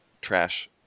trash